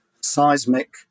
seismic